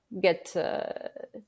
get